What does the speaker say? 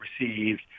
received